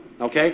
Okay